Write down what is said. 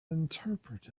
interpret